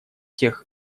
тех